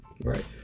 Right